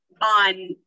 on